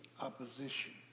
opposition